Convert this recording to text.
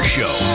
Show